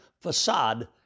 facade